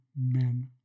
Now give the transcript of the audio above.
men